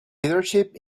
leadership